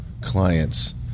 clients